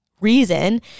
reason